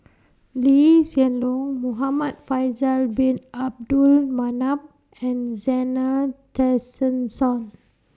Lee Hsien Loong Muhamad Faisal Bin Abdul Manap and Zena Tessensohn